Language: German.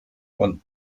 von